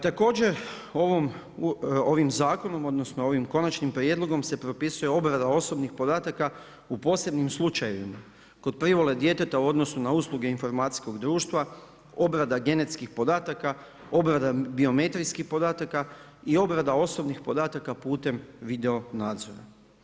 Također ovim zakonom odnosno ovim konačnim prijedlogom se propisuje obrada osobnih podataka u posebnim slučajevima kod privole djeteta u odnosu na usluge informacijskog društva, obrada genetskih podataka, obrada biometrijskih podataka i obrada osobnih podataka putem video nadzora.